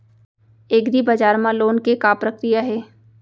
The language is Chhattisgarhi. एग्रीबजार मा लोन के का प्रक्रिया हे?